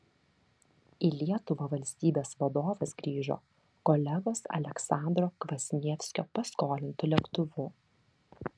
į lietuvą valstybės vadovas grįžo kolegos aleksandro kvasnievskio paskolintu lėktuvu